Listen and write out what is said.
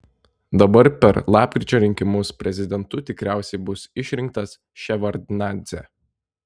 dabar per lapkričio rinkimus prezidentu tikriausiai bus išrinktas ševardnadzė